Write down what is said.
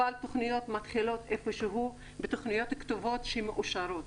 אבל תוכניות מתחילות איפה שהוא בתוכניות כתובות שמאושרות.